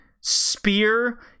spear